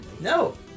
No